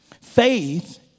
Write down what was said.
Faith